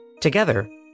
Together